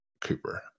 Cooper